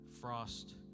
Frost